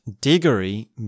Diggory